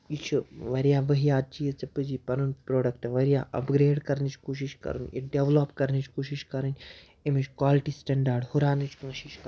یہِ چھِ واریاہ ؤہیات چیٖز ژےٚ پَزی پَنُن پرٛوڈَکٹہٕ واریاہ اَپگرٛیڈ کَرنٕچ کوٗشِش کَرُن یہِ ڈٮ۪ولَپ کَرنٕچ کوٗشِش کَرٕنۍ امِچ کالٹی سِٹٮ۪نٛڈاڈ ہُراونٕچ کوٗشِش کَرٕنۍ